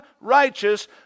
righteous